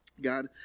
God